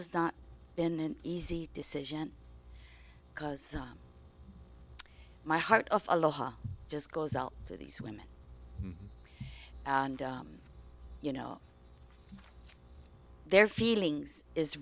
is not been an easy decision because my heart of aloha just goes out to these women and you know their feelings is